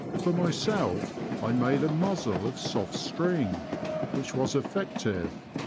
for myself i made a muzzle of soft string which was effective,